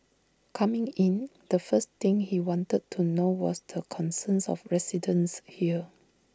coming in the first thing he wanted to know was the concerns of residents here